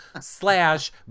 slash